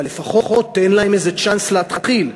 אבל לפחות תן להם איזה צ'אנס להתחיל.